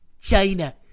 China